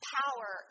power